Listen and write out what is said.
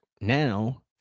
now